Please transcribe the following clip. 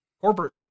corporate